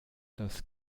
das